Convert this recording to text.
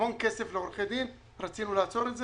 המון כסף לעורכי דין ורצינו לעצור את זה.